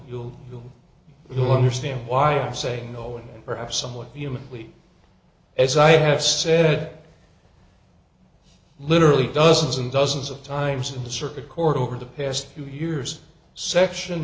you'll you'll do you understand why i'm saying no and perhaps somewhat vehemently as i have said literally dozens and dozens of times in the circuit court over the past few years section